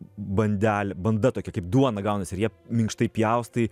bandelė banda tokia kaip duona gaunasi ir ją minkštai pjaustai